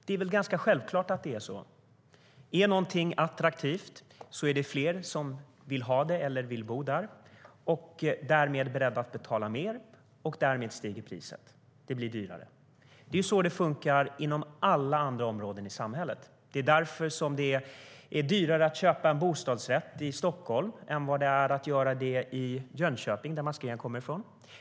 Det är väl ganska självklart att det är så. Är någonting attraktivt är det fler som vill ha det och bo där och är beredda att betala mer för det. Därmed stiger priset, och det blir alltså dyrare. Det är så det funkar inom alla andra områden i samhället. Det är därför som det är dyrare att köpa en bostadsrätt i Stockholm än att göra det i Jönköping, som Mats Green kommer från.